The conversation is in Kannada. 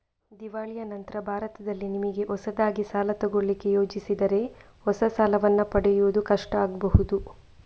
ದಿವಾಳಿಯ ನಂತ್ರ ಭಾರತದಲ್ಲಿ ನಿಮಿಗೆ ಹೊಸದಾಗಿ ಸಾಲ ತಗೊಳ್ಳಿಕ್ಕೆ ಯೋಜಿಸಿದರೆ ಹೊಸ ಸಾಲವನ್ನ ಪಡೆಯುವುದು ಕಷ್ಟ ಆಗ್ಬಹುದು